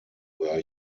were